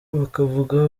bakavuga